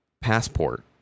passport